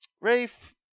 Rafe